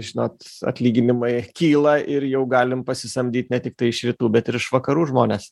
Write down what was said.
žinot atlyginimai kyla ir jau galim pasisamdyt ne tiktai iš rytų bet ir iš vakarų žmones